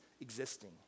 existing